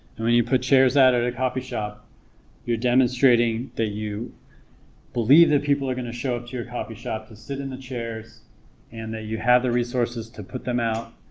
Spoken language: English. and when you put chairs out at a coffee shop you're demonstrating that you believe that people are going to show up to your coffee shop to sit in the chairs and that you have the resources to put them out